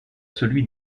celui